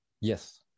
Yes